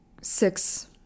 six